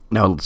Now